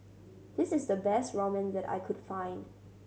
this is the best Ramen that I could find